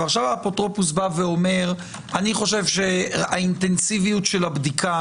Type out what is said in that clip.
ועכשיו האפוטרופוס בא ואומר שהאינטנסיביות של הבדיקה